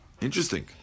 Interesting